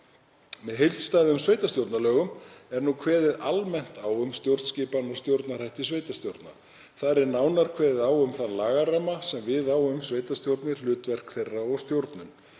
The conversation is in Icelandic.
Með heildstæðum sveitarstjórnarlögum er nú kveðið almennt á um stjórnskipan og stjórnarhætti sveitarstjórna. Þar er nánar kveðið á um þann lagaramma sem við á um sveitarstjórnir, hlutverk þeirra og stjórnun.